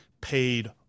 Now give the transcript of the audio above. paid